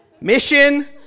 Mission